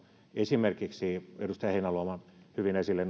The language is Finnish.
esimerkiksi edustaja heinäluoman hyvin esille